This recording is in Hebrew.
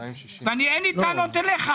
ואין לי טענות אליך,